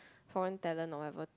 foreign talent or whatever